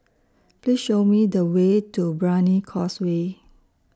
Please Show Me The Way to Brani Causeway